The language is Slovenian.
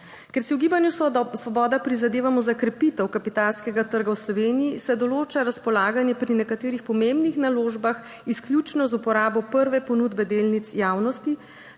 Ker si v Gibanju Svoboda prizadevamo za krepitev kapitalskega trga v Sloveniji se določa razpolaganje pri nekaterih pomembnih naložbah izključno z uporabo prve ponudbe delnic javnosti,